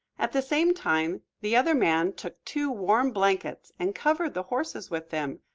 at the same time the other man took two warm blankets and covered the horses with them,